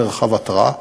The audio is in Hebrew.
מרחב התרעה,